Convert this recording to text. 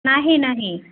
नाही नाही